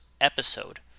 episode